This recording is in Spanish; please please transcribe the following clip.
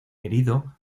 herido